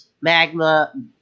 Magma